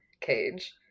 Cage